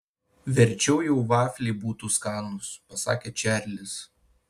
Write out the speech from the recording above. verčiau jau vafliai būtų skanūs pasakė čarlis